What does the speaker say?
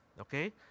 Okay